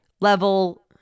level